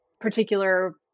particular